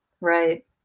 Right